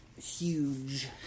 huge